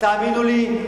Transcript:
תאמינו לי,